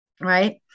right